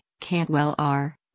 Cantwell-R